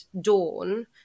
dawn